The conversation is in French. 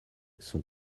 sont